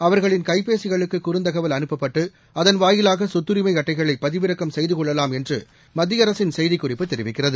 அவர்களின் கைப்பேசிகளுக்கு குறுந்தகவல் அனுப்பப்பட்டு அதன் வாயிலாக சொத்தரிமை அட்டைகளை பதிவிறக்கம் செய்து கொள்ளலாம் என்று மத்திய அரசின் செய்திக்குறிப்பு தெரிவிக்கிறது